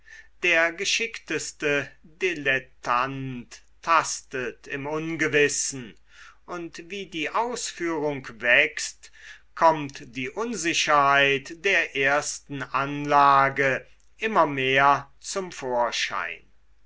der geschickteste dilettant tastet im ungewissen und wie die ausführung wächst kommt die unsicherheit der ersten anlage immer mehr zum vorschein